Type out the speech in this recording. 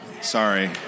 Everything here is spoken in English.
Sorry